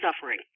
suffering